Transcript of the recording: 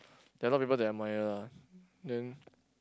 there are a lot of people that I admire ah then